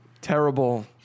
Terrible